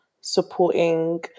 supporting